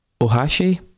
Ohashi